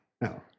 No